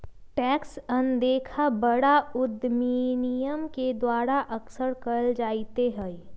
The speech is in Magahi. टैक्स अनदेखा बड़ा उद्यमियन के द्वारा अक्सर कइल जयते हई